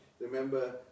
Remember